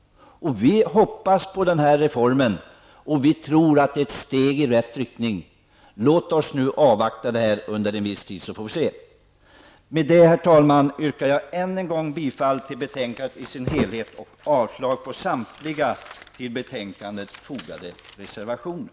Vi hoppas på den här reformen, och vi tror att detta är ett steg i rätt riktning. Låt oss nu avvakta detta under en viss tid och sedan se vad som händer. Med detta, herr talman, yrkar jag än en gång bifall till betänkandet i dess helhet och avslag på samtliga till betänkande fogade reservationer.